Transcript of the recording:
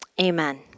amen